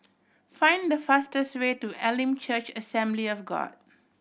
find the fastest way to Elim Church Assembly of God